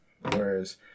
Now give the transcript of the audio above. whereas